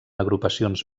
agrupacions